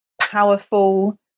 powerful